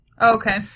okay